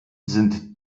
sind